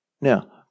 Now